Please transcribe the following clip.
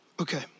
okay